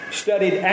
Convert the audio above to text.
studied